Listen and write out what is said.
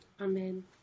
Amen